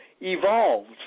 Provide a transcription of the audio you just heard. evolved